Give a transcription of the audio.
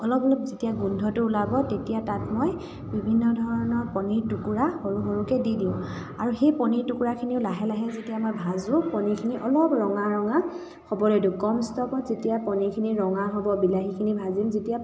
অলপ অলপ যেতিয়া গোন্ধটো ওলাব তেতিয়া তাত মই বিভিন্ন ধৰণৰ পনিৰ টুকুৰা সৰু সৰুকৈ দি দিওঁ আৰু সেই পনিৰ টুকুৰাখিনিও লাহে লাহে যেতিয়া মই ভাজোঁ পনিৰখিনি অলপ ৰঙা ৰঙা হ'বলৈ দিওঁ কম ষ্টভত যেতিয়া পনিৰখিনি ৰঙা হ'ব বিলাহীখিনি ভাজিম যেতিয়া